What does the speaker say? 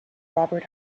robert